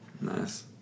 Nice